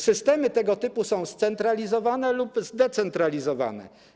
Systemy tego typu są scentralizowane lub zdecentralizowane.